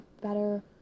better